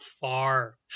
far